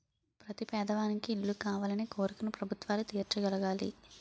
ప్రతి పేదవానికి ఇల్లు కావాలనే కోరికను ప్రభుత్వాలు తీర్చగలగాలి